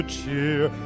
cheer